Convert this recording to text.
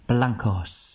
Blancos